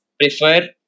prefer